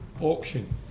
auction